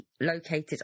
located